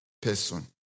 person